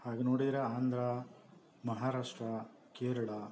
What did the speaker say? ಹಾಗೆ ನೋಡಿದರೆ ಆಂಧ್ರ ಮಹಾರಾಷ್ಟ್ರ ಕೇರಳ